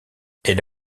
elle